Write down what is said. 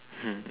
mm